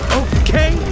okay